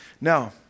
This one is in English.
Now